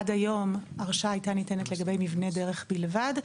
עד היום ההרשאה הייתה ניתנת לגבי מבנה דרך בלבד,